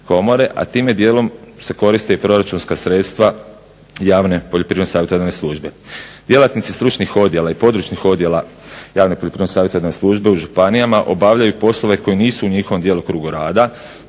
a time dijelom se koriste i proračunska sredstva javne poljoprivredno-savjetodavne službe. Djelatnici stručnih odjela i područnih odjela javne poljoprivredno-savjetodavne službe u županijama obavljaju poslove koji nisu u njihovom djelokrugu rada